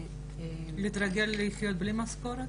להתרגל לחיות בלי משכורת?